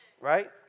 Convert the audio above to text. Right